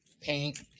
Paint